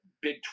big